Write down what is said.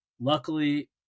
luckily